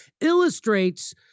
illustrates